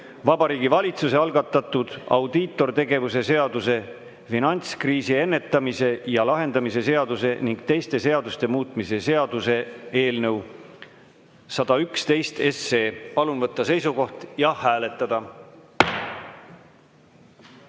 Vabariigi Valitsuse algatatud audiitortegevuse seaduse, finantskriisi ennetamise ja lahendamise seaduse ning teiste seaduste muutmise seaduse eelnõu 111. Palun võtta seisukoht ja hääletada.